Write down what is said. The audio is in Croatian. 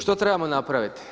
Što trebamo napraviti?